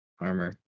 armor